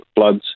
floods